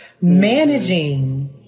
managing